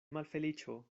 malfeliĉo